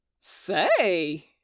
Say